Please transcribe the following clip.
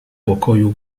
pokoju